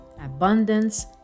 abundance